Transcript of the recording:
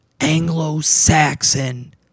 Anglo-Saxon